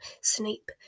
Snape